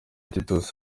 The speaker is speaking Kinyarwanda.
titus